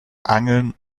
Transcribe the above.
angeln